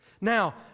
Now